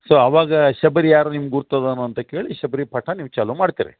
so ಆವಾಗ ಶಬರಿ ಯಾರು ನಿಮ್ಗೆ ಗುರ್ತದೇನು ಅಂತ ಕೇಳಿ ಶಬರಿ ಪಾಠ ನೀವು ಚಾಲು ಮಾಡ್ತೀರಿ